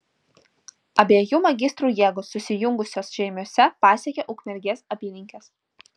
abiejų magistrų jėgos susijungusios žeimiuose pasiekė ukmergės apylinkes